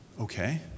Okay